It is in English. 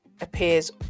appears